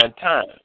time